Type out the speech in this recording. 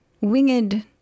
winged